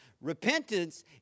Repentance